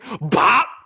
Bop